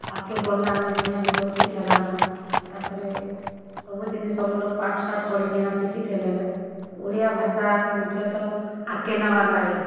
ଆଗ୍କେ ବଢ଼ିଲା ନେ ଦୁନିଆ ବିକଶିତ ହେଲାନ ତାପରେ ସବୁଜିନିଷ୍ ସବୁ ଲୋକ୍ ପାଠ୍ଶାଠ୍ ପଢ଼ି କିନା ଶିଖିଥିଲେ ନା ସବୁ ଓଡ଼ିଆ ଭାଷାକେ ମୁଖ୍ୟତଃ ଆଗ୍କେ ନବାର୍ ଲାଗି